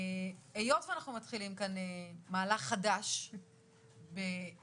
היות שאנחנו מתחילים כאן מהלך חדש בצורה